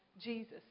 Jesus